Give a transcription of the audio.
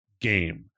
game